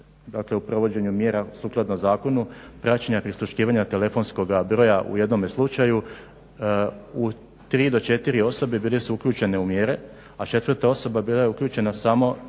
predmet u provođenju mjera sukladno zakonu praćenja prisluškivanja telefonskoga broja u jednome slučaju u 3 do 4 osobe bile su uključene u mjere, četvrta osoba bila je uključena samo